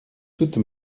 toute